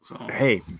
Hey